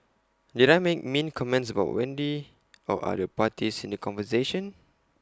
did I make mean comments about Wendy or other parties in the conversation